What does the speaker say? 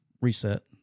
Reset